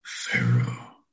Pharaoh